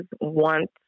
want